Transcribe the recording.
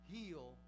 heal